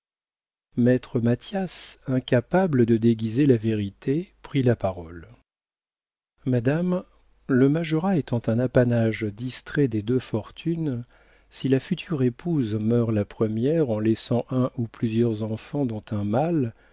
maître mathias incapable de déguiser la vérité prit la parole madame le majorat étant un apanage distrait des deux fortunes si la future épouse meurt la première en laissant un ou plusieurs enfants dont un mâle